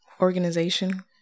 organization